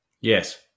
Yes